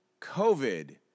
COVID